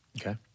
Okay